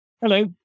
Hello